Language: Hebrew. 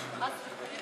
התשע"ז 2016,